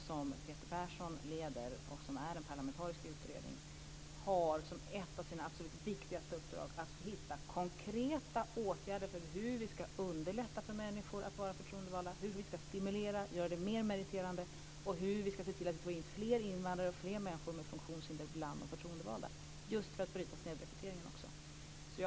Peter Persson leder och som är en parlamentarisk utredning, har som ett av sina absolut viktigaste uppdrag att hitta konkreta åtgärder när det gäller att underlätta för människor att vara förtroendevalda, hur vi ska stimulera och göra det mer meriterande och hur vi ska se till att få in fler invandrare och fler människor med funktionshinder bland de förtroendevalda, just för att bryta snedrekryteringen.